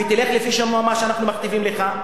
ותלך לפי מה שאנחנו מכתיבים לך?